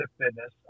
fitness